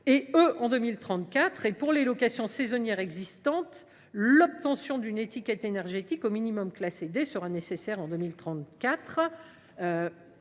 Pour les locations saisonnières existantes, l’obtention d’une étiquette énergétique au minimum classée D sera nécessaire en 2034.